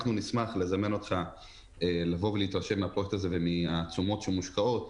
אנחנו נשמח לזמן אותך לבוא ולהתרשם מהפרויקט הזה ומהתשומות שמושקעות.